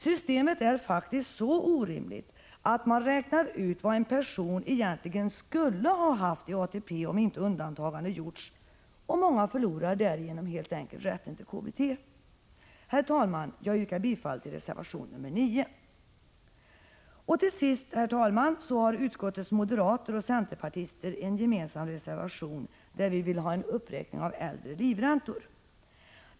Systemet är faktiskt så orimligt, att man räknar ut vad en person egentligen skulle ha haft i ATP om inte undantagande hade gjorts, och många förlorar därigenom rätten till KBT. Herr talman! Jag yrkar bifall till reservation nr 9. Till sist, herr talman, har utskottets moderater och centerpartister en gemensam reservation, där vi vill ha en uppräkning av äldre livräntor.